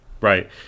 right